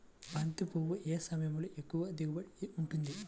బంతి పువ్వు ఏ సమయంలో ఎక్కువ దిగుబడి ఉంటుంది?